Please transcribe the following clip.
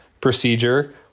procedure